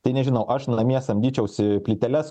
tai nežinau aš namie samdyčiausi plyteles